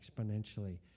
exponentially